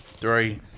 three